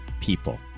people